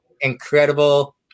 incredible